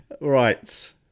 Right